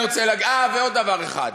ועוד דבר אחד,